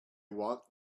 walk